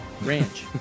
ranch